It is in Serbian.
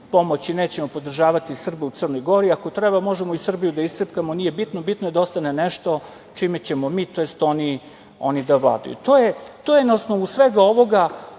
pomoć i nećemo podržavati Srbe u Crnoj Gori. Ako treba, možemo i Srbiju da iscepkamo, nije bitno, bitno je da ostane nešto čime ćemo mi tj. oni da vladaju. To je na osnovu svega ovoga